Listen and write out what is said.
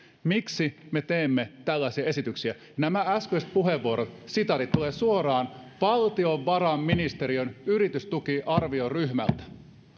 miksi me teemme tällaisia esityksiä nämä äskeiset puheenvuorot sitaatit tulevat suoraan valtiovarainministeriön yritystukiarvioryhmältä